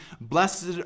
Blessed